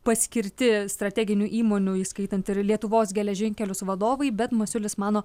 paskirti strateginių įmonių įskaitant ir lietuvos geležinkelius vadovai bet masiulis mano